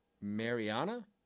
Mariana